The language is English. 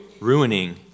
ruining